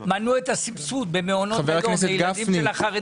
לכן הם מנעו את הסבסוד במעונות היום לילדים של החרדים.